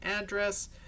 address